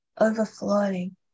overflowing